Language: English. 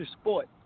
sport